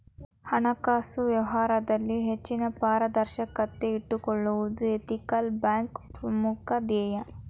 ಹಣಕಾಸು ವ್ಯವಹಾರದಲ್ಲಿ ಹೆಚ್ಚಿನ ಪಾರದರ್ಶಕತೆ ಇಟ್ಟುಕೊಳ್ಳುವುದು ಎಥಿಕಲ್ ಬ್ಯಾಂಕ್ನ ಪ್ರಮುಖ ಧ್ಯೇಯ